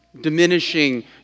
Diminishing